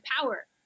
power